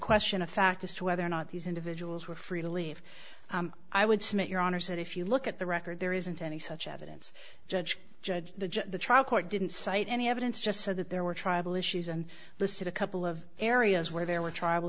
question of fact as to whether or not these individuals were free to leave i would submit your honor said if you look at the record there isn't any such evidence judge judge the trial court didn't cite any evidence just said that there were tribal issues and listed a couple of areas where there were tribal